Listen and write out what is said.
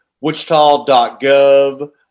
Wichita.gov